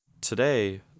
Today